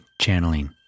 Channeling